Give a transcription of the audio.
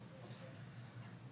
דניאל.